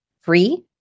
free